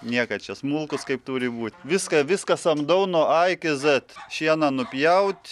niekad čia smulkus kaip turi būt viską viską samdau nuo a iki zet šieną nupjaut